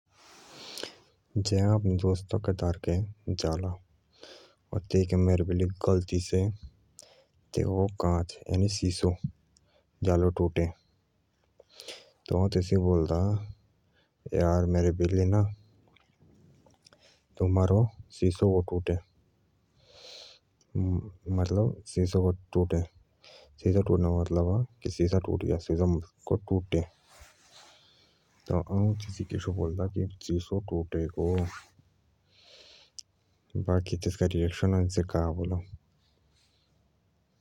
जे आऊ आपडे दोस्तों के दारके जाला और गलती से भी मेरे बिली सिसो नटों टुटे त आऊ तिनुक बोलदा मेरे बिली तुम्हारो सिसो गो टुटे बाकि तब देखें से का बोलअ।